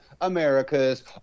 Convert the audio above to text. America's